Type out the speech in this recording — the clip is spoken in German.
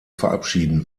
verabschieden